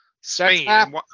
Spain